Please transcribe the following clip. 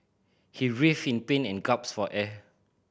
he writhed in pain and gaps for air